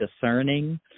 discerning